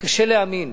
קשה להאמין,